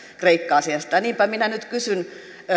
kreikka asiasta niinpä minä nyt kysyn